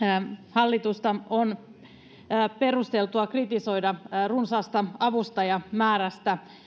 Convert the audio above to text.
hallitusta on perusteltua kritisoida runsaasta avustajamäärästä